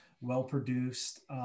well-produced